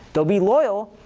they'll be loyal.